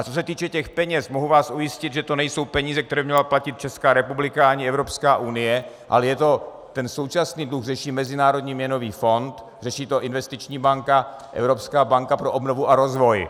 Pokud se týká peněz, mohu vás ujistit, že to nejsou peníze, které by měla platit Česká republika a ani Evropská unie, ale ten současný dluh řeší Mezinárodní měnový fond, řeší to investiční banka, Evropská banka pro obnovu a rozvoj.